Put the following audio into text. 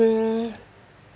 mm